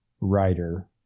writer